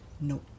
no